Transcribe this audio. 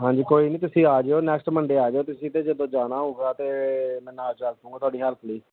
ਹਾਂਜੀ ਕੋਈ ਨਹੀਂ ਤੁਸੀਂ ਆ ਜਾਇਓ ਨੈਕਸਟ ਮੰਡੇ ਆ ਜਾਇਓ ਤੁਸੀਂ ਅਤੇ ਜਦੋਂ ਜਾਣਾ ਹੋਊਗਾ ਤਾਂ ਮੈਂ ਨਾਲ ਚੱਲ ਪਉਂਗਾ ਤੁਹਾਡੀ ਹੈਲਪ ਲਈ